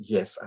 Yes